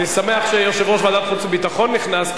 אני שמח שיושב-ראש ועדת החוץ והביטחון נכנס,